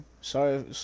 Sorry